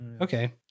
Okay